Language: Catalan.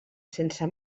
sense